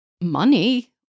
money